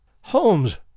Holmes